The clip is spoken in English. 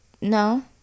No